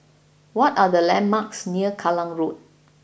what are the landmarks near Kallang Road